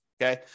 Okay